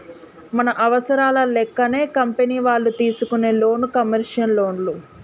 మన అవసరాల లెక్కనే కంపెనీ వాళ్ళు తీసుకునే లోను కమర్షియల్ లోన్లు